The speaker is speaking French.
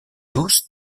douce